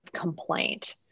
complaint